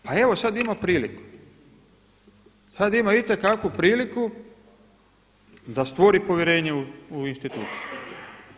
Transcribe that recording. Pa evo sad ima priliku, sad ima itekakvu priliku da stvori povjerenje u institucije.